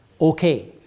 Okay